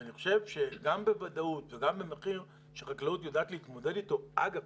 ואני חושב שגם בוודאות וגם במחיר שחקלאות יודעת להתמודד איתו אגב,